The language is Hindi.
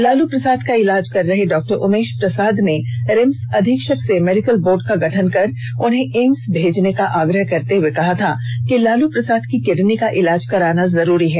लालू प्रसाद का ईलाज कर रहे डाक्टर उमेष प्रसाद ने रिम्स अधीक्षक से मेडिकल बोर्ड का गठन कर उन्हें एम्स भेजने का आग्रह करते हुए कहा था कि लालू प्रसाद की किडनी का ईलाज कराना जरुरी है